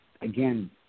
again